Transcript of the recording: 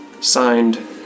Signed